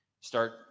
start